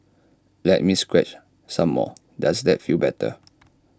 let me scratch some more does that feel better